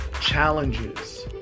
challenges